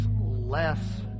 less